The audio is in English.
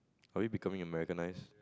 are you becoming Americanize